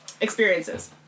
experiences